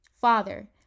father